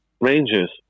Rangers